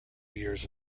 years